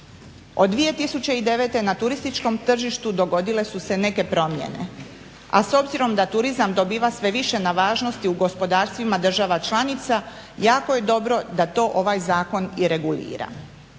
Od 2009.na turističkom tržištu dogodile su se neke promjene, a s obzirom da turizam dobiva sve više na važnosti u gospodarstvima država članica, jako je dobro da to ovaj zakon i regulira.